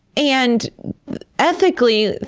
and ethically,